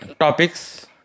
Topics